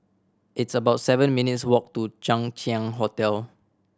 it's about seven minutes' walk to Chang Ziang Hotel